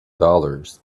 dollars